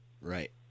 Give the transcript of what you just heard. right